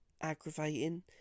aggravating